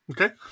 Okay